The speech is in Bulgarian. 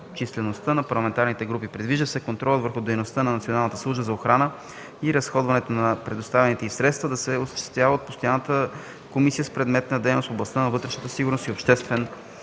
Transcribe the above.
числеността на парламентарните групи. Предвижда се контролът върху дейността на Националната служба за охрана и разходването на предоставените й средства да се осъществява от постоянна комисия с предмет на дейност в областта на вътрешната сигурност и обществения